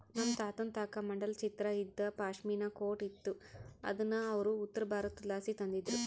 ನಮ್ ತಾತುನ್ ತಾಕ ಮಂಡಲ ಚಿತ್ರ ಇದ್ದ ಪಾಶ್ಮಿನಾ ಕೋಟ್ ಇತ್ತು ಅದುನ್ನ ಅವ್ರು ಉತ್ತರಬಾರತುದ್ಲಾಸಿ ತಂದಿದ್ರು